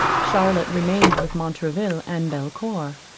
charlotte remained with montraville and belcour.